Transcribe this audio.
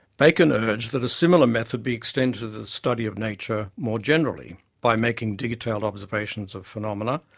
bacon urged that a similar method be extended to the study of nature more generally by making detailed observations of phenomena,